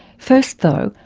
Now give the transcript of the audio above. first though,